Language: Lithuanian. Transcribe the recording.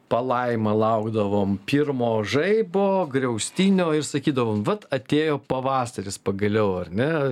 palaima laukdavom pirmo žaibo griaustinio ir sakydavom vat atėjo pavasaris pagaliau ar ne